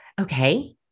okay